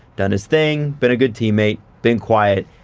done his thing, been a good teammate, been quiet,